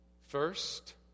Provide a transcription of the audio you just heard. First